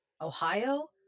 Ohio